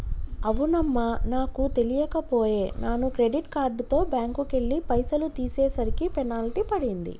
అవునమ్మా నాకు తెలియక పోయే నాను క్రెడిట్ కార్డుతో బ్యాంకుకెళ్లి పైసలు తీసేసరికి పెనాల్టీ పడింది